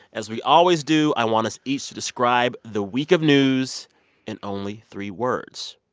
as we always do, i want us each to describe the week of news in only three words.